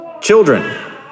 Children